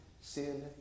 sin